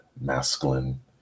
masculine